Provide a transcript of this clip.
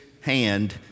hand